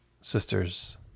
sister's